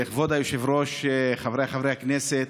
כבוד היושב-ראש, חבריי חברי הכנסת,